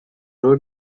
road